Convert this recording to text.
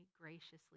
graciously